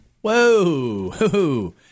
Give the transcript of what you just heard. Whoa